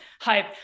hype